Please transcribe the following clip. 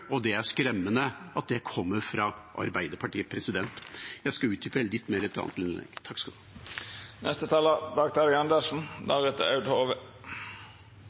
og det er skremmende at det kommer fra Arbeiderpartiet. Jeg skal utdype litt mer i et annet